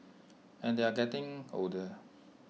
and they're getting older